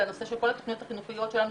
זה הנושא של כל התכניות החינוכיות שלנו,